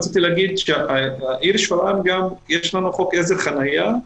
רציתי להגיד שלעיר שפרעם יש חוק עזר חניה,